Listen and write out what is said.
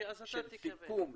של סיכום,